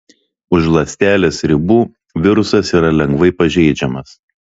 už ląstelės ribų virusas yra lengvai pažeidžiamas